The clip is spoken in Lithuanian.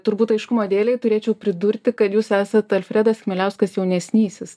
turbūt aiškumo dėlei turėčiau pridurti kad jūs esat alfredas chmieliauskas jaunesnysis